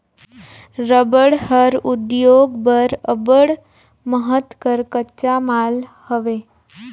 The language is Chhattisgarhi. रबड़ हर उद्योग बर अब्बड़ महत कर कच्चा माल हवे